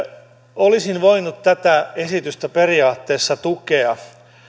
olisin voinut tätä esitystä periaatteessa tukea